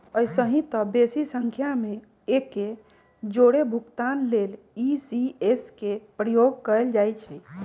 अइसेए तऽ बेशी संख्या में एके जौरे भुगतान लेल इ.सी.एस के प्रयोग कएल जाइ छइ